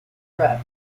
threat